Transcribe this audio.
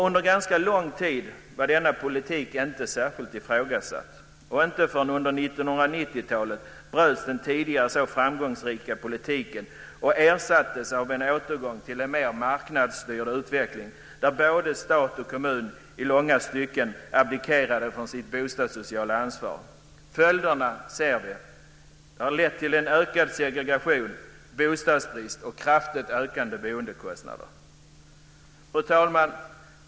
Under en ganska lång tid var denna politik inte särskilt ifrågasatt, och inte förrän under 1990-talet bröts den tidigare så framgångsrika politiken och ersattes av en återgång till en mer marknadsstyrd utveckling där både stat och kommun i långa stycken abdikerade från sitt bostadssociala ansvar. Följderna har blivit en ökad segregation, bostadsbrist och kraftigt ökade boendekostnader. Fru talman!